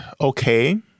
okay